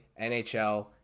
NHL